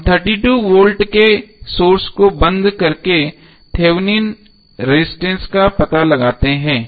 हम 32 वोल्ट के सोर्स को बंद करके थेवेनिन रजिस्टेंस का पता लगाते हैं